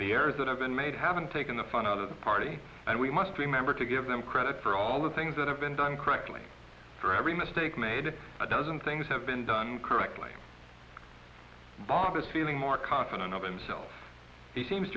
areas that have been made haven't taken the fun out of the party and we must remember to give them credit for all the things that have been done correctly for every mistake made a dozen things have been done correctly bob is feeling more confident of himself he seems